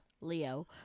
Leo